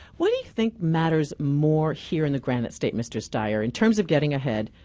what do you think matters more here in the granite state, mr. steyer, in terms of getting ahead,